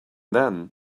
then